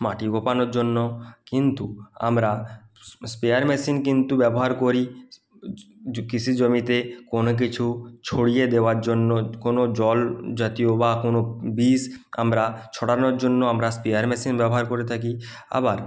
মাটি কোপানোর জন্য কিন্তু আমরা স্পেয়ার মেশিন কিন্তু ব্যবহার করি কৃষি জমিতে কোনও কিছু ছড়িয়ে দেওয়ার জন্য কোনও জল জাতীয় বা কোনও বিষ আমরা ছড়ানোর জন্য আমরা স্পেয়ার মেশিন ব্যবহার করে থাকি আবার